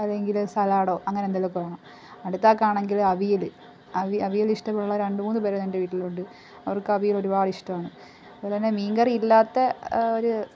അല്ലെങ്കിൽ സലാഡോ അങ്ങനെ എന്തെങ്കിലുമൊക്കെ വേണം അടുത്ത ആൾക്കാണെങ്കിൽ അവിയൽ അവി അവിയൽ ഇഷ്ടമുള്ള രണ്ട് മൂന്ന് പേർ എൻ്റെ വീട്ടിലുണ്ട് അവർക്ക് അവിയൽ ഒരുപാട് ഇഷ്ടമാണ് അതുപോലെ തന്നെ മീൻകറി ഇല്ലാത്ത ഒര്